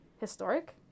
historic